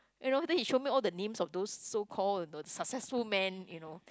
you know then he show me all the names of those so called successful man you know